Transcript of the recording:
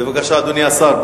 בבקשה, אדוני השר.